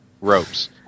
ropes